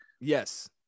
Yes